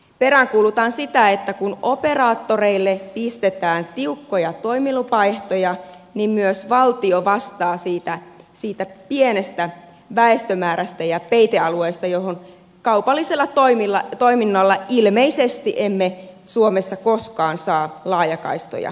peräänkuulutan sitä että kun operaattoreille pistetään tiukkoja toimilupaehtoja niin myös valtio vastaa siitä pienestä väestömäärästä ja peitealueesta johon kaupallisella toiminnalla ilmeisesti emme suomessa koskaan saa laajakaistoja toimimaan